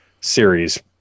series